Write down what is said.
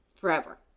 forever